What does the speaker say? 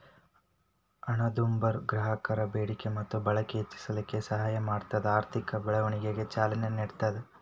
ಹಣದುಬ್ಬರ ಗ್ರಾಹಕರ ಬೇಡಿಕೆ ಮತ್ತ ಬಳಕೆ ಹೆಚ್ಚಿಸಲಿಕ್ಕೆ ಸಹಾಯ ಮಾಡ್ತದ ಆರ್ಥಿಕ ಬೆಳವಣಿಗೆಗ ಚಾಲನೆ ನೇಡ್ತದ